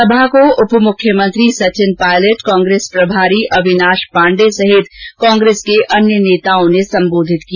सभा को उप मुख्यमंत्री सचिन पायलट कांग्रेस प्रभारी अविनाश पांडे सहित कांग्रेस के नेताओं ने संबोधित किया